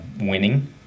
winning